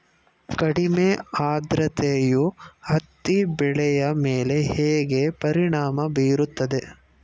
ಕಡಿಮೆ ಆದ್ರತೆಯು ಹತ್ತಿ ಬೆಳೆಯ ಮೇಲೆ ಹೇಗೆ ಪರಿಣಾಮ ಬೀರುತ್ತದೆ?